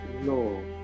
No